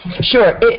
Sure